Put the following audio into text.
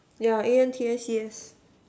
yeah A_N_T_I_C_S